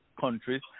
countries